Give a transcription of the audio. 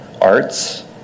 arts